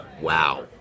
wow